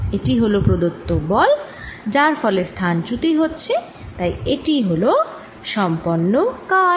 এটি হল প্রদত্ত বল যার ফলে স্থান চ্যুতি হচ্ছে তাই এটি হল সম্পন্ন কাজ